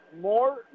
more